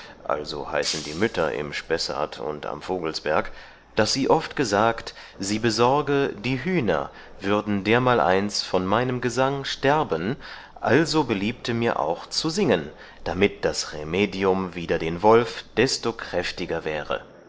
also heißen die mütter im spessert und am vogelsberg daß sie oft gesagt sie besorge die hühner würden dermaleins von meinem gesang sterben als beliebte mir auch zu singen damit das remedium wider den wolf desto kräftiger wäre